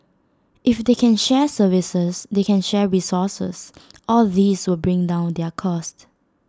if they can share services they can share resources all these will bring down their cost